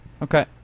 Okay